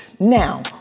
Now